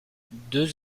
deux